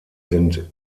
sind